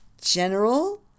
General